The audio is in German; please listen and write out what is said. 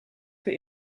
für